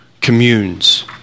communes